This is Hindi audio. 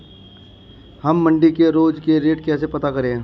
हम मंडी के रोज के रेट कैसे पता करें?